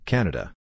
Canada